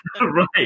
right